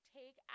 take